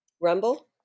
Rumble